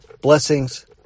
Blessings